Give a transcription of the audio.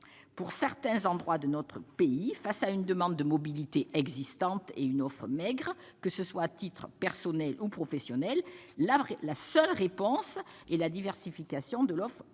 Pour certains endroits de notre pays, face à une demande de mobilité existante et une offre maigre, que ce soit à titre personnel ou professionnel, la seule réponse est la diversification de l'offre ferroviaire.